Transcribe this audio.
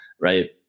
right